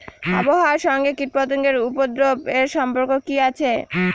আবহাওয়ার সঙ্গে কীটপতঙ্গের উপদ্রব এর সম্পর্ক কি আছে?